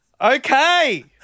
Okay